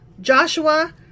joshua